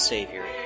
Savior